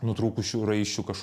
nutrūkusių raiščių kaš